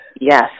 Yes